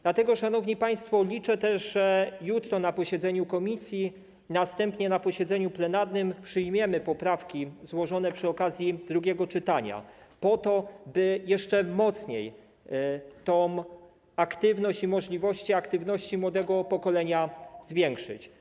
Dlatego, szanowni państwo, liczę też, że jutro na posiedzeniu komisji, a następnie na posiedzeniu plenarnym przyjmiemy poprawki złożone przy okazji drugiego czytania, po to by jeszcze mocniej tę aktywność i możliwości aktywności młodego pokolenia zwiększyć.